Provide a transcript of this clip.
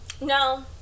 No